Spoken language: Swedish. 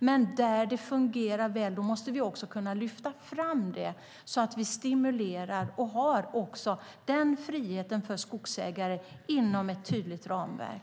Men där det fungerar väl måste vi kunna lyfta fram det, så att vi ger stimulans och har frihet för skogsägare inom ett tydligt ramverk.